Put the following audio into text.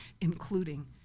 including